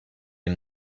him